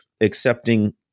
accepting